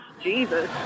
Jesus